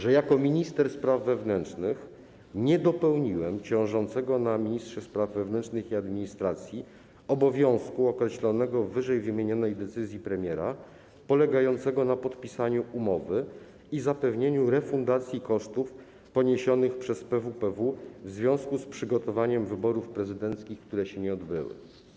że jako minister spraw wewnętrznych nie dopełniłem ciążącego na ministrze spraw wewnętrznych i administracji obowiązku określonego w ww. decyzji premiera, polegającego na podpisaniu umowy i zapewnieniu refundacji kosztów poniesionych przez PWPW w związku z przygotowaniem wyborów prezydenckich, które się nie odbyły.